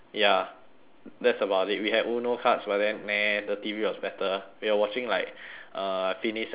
that's about it we had UNO cards but then nah the T_V was better we were watching like uh phineas and ferb